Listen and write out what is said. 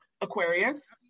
aquarius